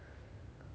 so do you think